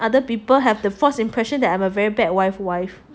other people to have the false impression that I'm a very bad wife wife